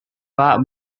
pak